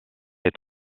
est